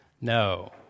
No